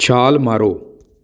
ਛਾਲ ਮਾਰੋ